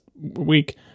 week